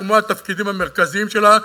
כמו התפקידים המרכזיים שלה,